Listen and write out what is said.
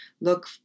look